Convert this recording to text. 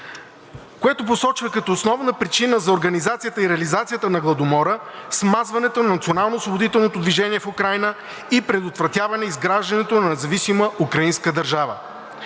...което посочва като основна причина за организацията и реализацията на Гладомора, смазването на национално-освободителното движение в Украйна и предотвратяване изграждането на независима украинска държава.